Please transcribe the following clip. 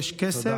יש כסף.